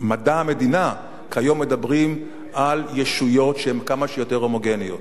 שבמדע המדינה כיום מדברים על ישויות שהן כמה שיותר הומוגניות.